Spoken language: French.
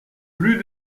plus